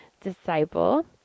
Disciple